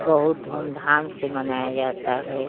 बहुत धूम धाम से मनाया जाता है